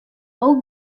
all